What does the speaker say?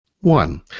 one